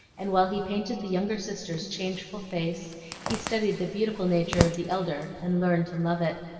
and while he painted the younger sister's changeful face he studied the beautiful nature of the elder and learned to love it.